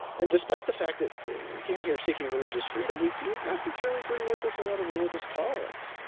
and despite the fact that we came here seeking religious freedom, we didn't necessarily bring with us a lot of religious tolerance.